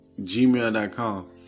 gmail.com